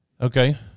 Okay